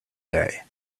day